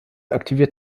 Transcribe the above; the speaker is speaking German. aktiviert